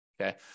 okay